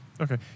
okay